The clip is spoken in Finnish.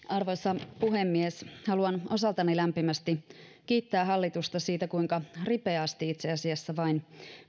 arvoisa puhemies haluan osaltani lämpimästi kiittää hallitusta siitä kuinka ripeästi itse asiassa vain